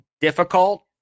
difficult